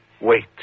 Wait